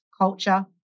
culture